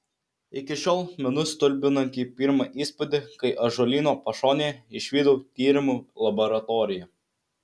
iki šiol menu stulbinantį pirmą įspūdį kai ąžuolyno pašonėje išvydau tyrimų laboratoriją